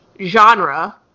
genre